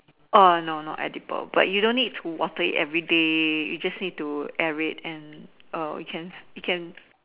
uh no not edible but you don't need to water it everyday you just need to air it and uh it can it can